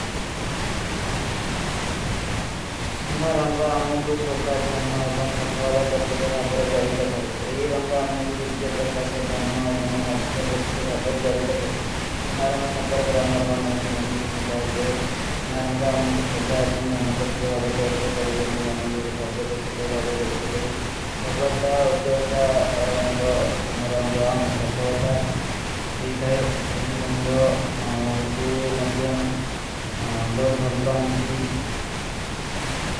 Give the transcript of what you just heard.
ସୁନାରଂଗ ଅମୁଖୁ ସୌବା ଧନ୍ଯା ଏବଂ ସଫଲାଦା ପ୍ରତିକ ଭାଵର ଜାଡୀତ କରେଂ। ଯହୀ ରଂଗ ଅମୁଖୁ ସୁଝ୍ଯ ପ୍ରକାସ ଧନ୍ଯା ଏବଂ ଭାଗ୍ଯା ପ୍ରତିକ ଭାଵର ଜାଡୀତ କରେଂ। ସୁନାରଂଗ ସଫର କରେଂ, ଅମର ମନମେ କେ ଜନଵୀ ଚିଂତା ଆଜେ। ସୁନାରଂଗ ଅମୁଖୁ ସୌବା ଧନ୍ଯା ଏବଂ ଧନ୍ଯା ପ୍ରତିକ ଭାଵର ଜାଡୀତ କରେଂ। ଯହୀ ରଂଗ ଅମୁଖୁ ଭାଗ୍ଯା ପ୍ରତିକ ଭାଵର ଜାଡୀତ କରେଂ। ସଫଲାଦା, ଉଜଲାଦା ରଂଗ, ସୁନାରଂଗ ଅମୁଖ ସଫଲାଦା ଦେତା ହୈ।